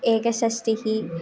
एकषष्ठिः